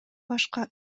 башка